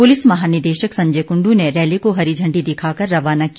police महानिदेशक संजय कुंडू ने rally को हरी झंडी दिखाकर रवाना किया